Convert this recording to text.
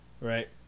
Right